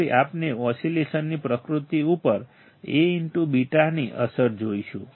હવે આપણે ઓસિલેશનની પ્રકૃતિ ઉપર Aβ ની અસર જોઈશું